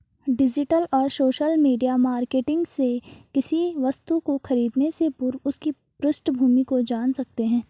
digital और social media marketing से किसी वस्तु को खरीदने से पूर्व उसकी पृष्ठभूमि को जान सकते है